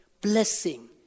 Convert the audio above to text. blessing